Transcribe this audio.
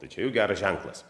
tai čia jau geras ženklas